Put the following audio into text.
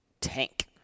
tank